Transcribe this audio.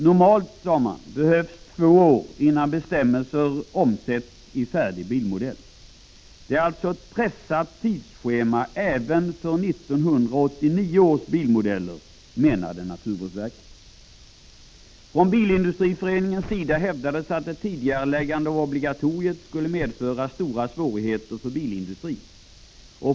Normalt behövs, sade man, två år innan bestämmelser slår igenom på färdig bilmodell. Det är alltså ett pressat tidsschema även för 1989 års bilmodeller, menade naturvårdsverket. Från Bilindustriföreningens sida hävdades att ett tidigareläggande av obligatoriet skulle medföra stora svårigheter för bilindustrin.